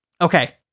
Okay